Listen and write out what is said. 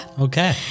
Okay